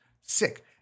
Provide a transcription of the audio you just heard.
Sick